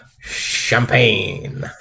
champagne